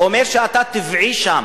אומר שאתה טבעי שם,